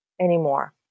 anymore